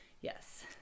Yes